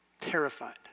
Terrified